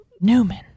Newman